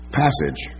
passage